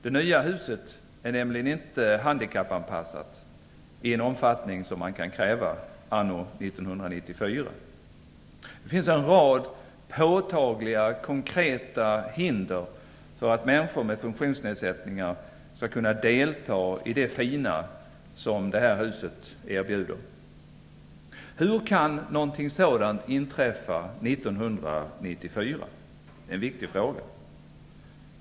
Det nya huset är nämligen inte handikappanpassat i en omfattning som man kan kräva anno 1994. Det finns en rad påtagliga, konkreta hinder för att människor med funktionsnedsättningar skall kunna delta i det fina som det här huset erbjuder. Hur kan någonting sådant inträffa 1994? Det är en viktig fråga.